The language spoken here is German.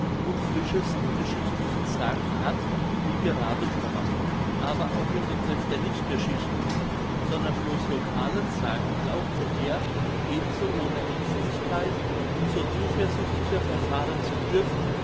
und frischesten geschichtlichen sagen hat wie gerade pommern aber auch in betreff der nicht geschichtlichen sondern blos localen sagen glaubte er eben so ohne aengstlichkeit um so zuversichtlicher verfahren zu dürfen